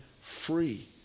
free